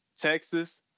Texas